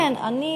כן, אני,